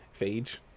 Phage